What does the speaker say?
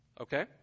okay